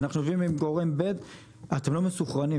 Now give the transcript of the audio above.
אנחנו יושבים עם גורם ב' אתם לא מסונכרנים.